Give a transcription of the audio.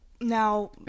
now